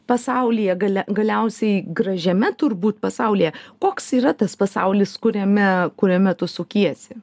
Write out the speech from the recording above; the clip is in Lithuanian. pasaulyje galia galiausiai gražiame turbūt pasaulyje koks yra tas pasaulis kuriame kuriame tu sukiesi